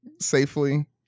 safely